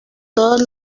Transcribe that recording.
todos